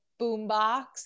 boombox